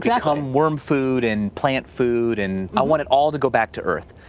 like um worm food and plant food and i want it all to go back to earth.